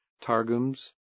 Targums